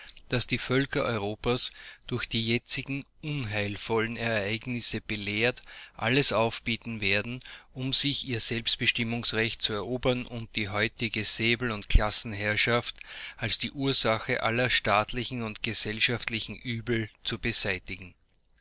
daß die völker europas durch die jetzigen unheilvollen ereignisse belehrt alles aufbieten werden um sich ihr selbstbestimmungsrecht zu erobern und die heutige säbel und klassenherrschaft als die ursache aller staatlichen und gesellschaftlichen übel zu beseitigen